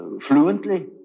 fluently